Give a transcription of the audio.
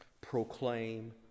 proclaim